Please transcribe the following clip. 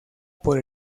por